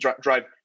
drive